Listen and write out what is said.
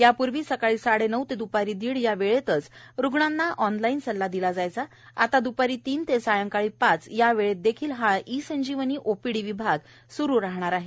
यापूर्वी सकाळी साडे नऊ ते दुपारी दीड या वेळेतच रुग्णांना ऑनलाईन सल्ला दिला जायचा आता द्पारी तीन ते सायंकाळी पाच या वेळेत देखील हा ई संजीवनी बाह्य रुग्ण विभाग स्रु असणार आहे